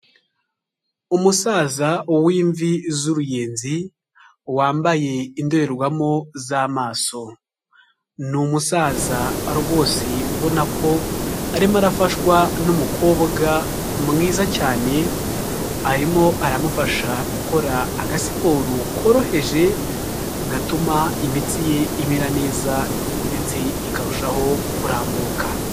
Umusaza w'imvi z'uruyenzi, wambaye indorerwamo z'amaso. Ni umusaza rwose ubona ko arimo arafashwa n'umukobwa mwiza cyane, arimo aramufasha gukora agasiporo koroheje, gatuma imitsi ye imera neza ndetse ikarushaho kurambuka.